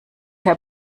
herr